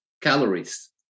calories